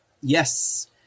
Yes